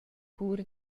pur